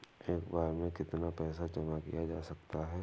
एक बार में कितना पैसा जमा किया जा सकता है?